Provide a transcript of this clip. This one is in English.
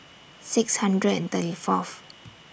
six hundred and thirty Fourth